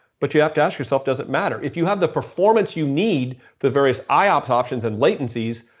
but you have to ask yourself, does it matter? if you have the performance you need, the various iops options and latencies,